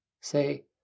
Say